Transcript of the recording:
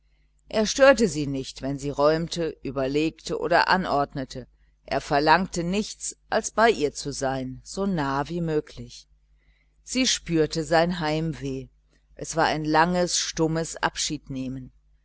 er störte sie nicht wenn sie räumte überlegte oder anordnete er verlangte nichts als bei ihr zu sein nahe so nahe wie möglich sie spürte sein heimweh es war ein langes stummes abschiednehmen